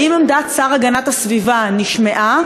האם עמדת השר להגנת הסביבה נשמעה,